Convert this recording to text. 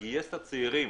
גייס צעירים